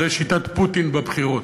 זה שיטת פוטין בבחירות,